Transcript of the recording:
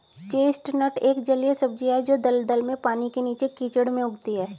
chestnut एक जलीय सब्जी है जो दलदल में, पानी के नीचे, कीचड़ में उगती है